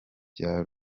bya